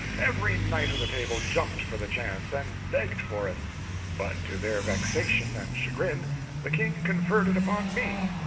every knight of the table jumped for the chance, and begged for it but to their vexation and chagrin the king conferred it upon me,